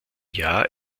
jahr